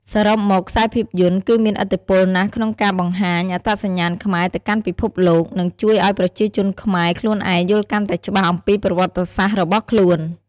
សរុបមក ខ្សែភាពយន្តគឺមានឥទ្ធិពលណាស់ក្នុងការបង្ហាញ អត្តសញ្ញាណខ្មែរ ទៅកាន់ពិភពលោក និងជួយឱ្យប្រជាជនខ្មែរខ្លួនឯងយល់កាន់តែច្បាស់អំពីប្រវត្តសាស្រ្តរបស់ខ្លួន ។